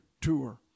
tour